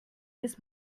this